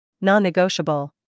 Non-negotiable